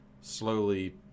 slowly